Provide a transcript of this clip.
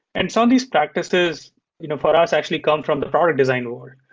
and some of these practices you know for us actually come from the product design world,